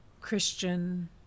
Christian